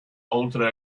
oltre